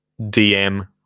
DM